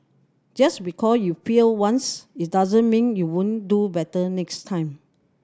just because you failed once it doesn't mean you won't do better next time